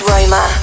Roma